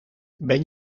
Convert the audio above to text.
ben